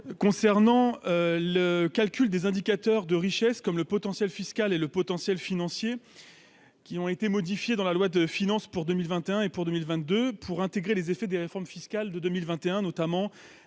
concernant le calcul des indicateurs de richesse comme le potentiel fiscal et le potentiel financier qui ont été modifiés dans la loi de finances pour 2021 et pour 2022 pour intégrer les effets des réformes fiscales de 2021, notamment